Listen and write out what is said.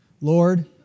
Lord